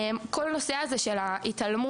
כל נושא הזה של ההתעלמות,